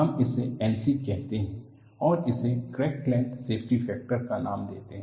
हम इसे Nc कहते हैं और इसे क्रैक लेंथ सेफ्टी फैक्टर का नाम देते हैं